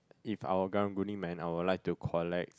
if I were karang-guni man I will like to collects